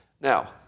Now